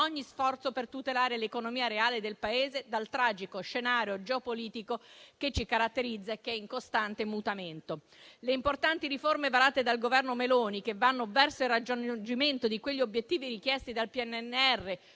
sforzo per tutelare l'economia reale del Paese dal tragico scenario geopolitico che ci caratterizza e che è in costante mutamento. Le importanti riforme varate dal Governo Meloni, che vanno verso il raggiungimento di quegli obiettivi richiesti dal PNNR